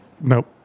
Nope